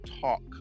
talk